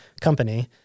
company